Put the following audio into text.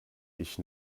ich